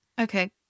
Okay